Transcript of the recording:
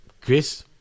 chris